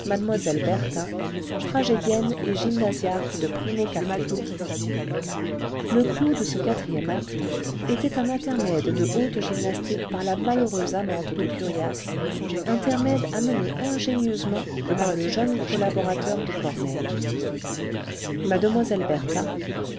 m bertha tragédienne et gymnasiarque de pirimo cartello le clou cle ce e acte était un intermède de haute gymnastique par la malheureuse amante de curiace intermède amené ingénieusement par le jeune collaborateur de corneille mlle bértha